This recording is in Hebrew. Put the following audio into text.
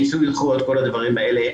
מיצוי זכויות וכל הדברים האלה,